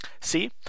See